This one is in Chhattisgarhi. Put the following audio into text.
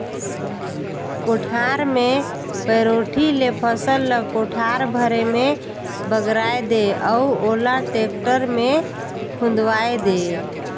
कोठार मे पैरोठी ले फसल ल कोठार भरे मे बगराय दे अउ ओला टेक्टर मे खुंदवाये दे